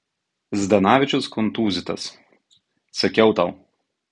zdanavičius kontūzytas sakiau tau